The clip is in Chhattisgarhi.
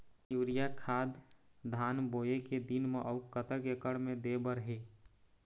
यूरिया खाद धान बोवे के दिन म अऊ कतक एकड़ मे दे बर हे?